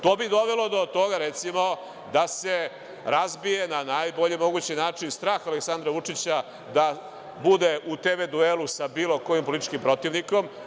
To bi dovelo do toga da se razbije, na najbolji mogući način, strah Aleksandra Vučića da bude u TV duelu sa bilo kojim političkim protivnikom.